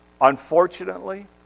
Unfortunately